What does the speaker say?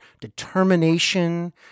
determination